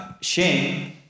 shame